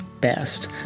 best